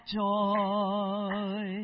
joy